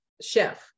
chef